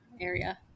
area